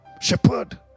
Shepherd